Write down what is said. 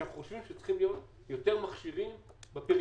כשאנחנו חושבים שצריכים להיות יותר מכשירים בפריפריה.